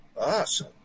awesome